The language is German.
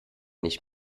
nicht